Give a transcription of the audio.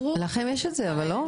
לכם יש את זה, לא?